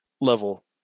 level